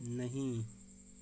नहीं